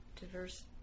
diverse